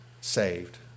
saved